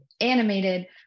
animated